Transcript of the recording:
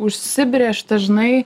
užsibrėžtas žinai